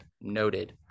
noted